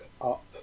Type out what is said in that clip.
up